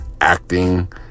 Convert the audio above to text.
Acting